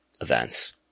events